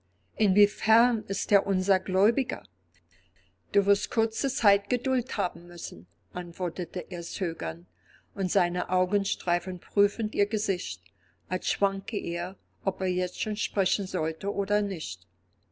inwiefern ist er unser gläubiger du wirst kurze zeit geduld haben müssen antwortete er zögernd und seine augen streiften prüfend ihr gesicht als schwanke er ob er jetzt schon sprechen solle oder nicht